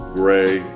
gray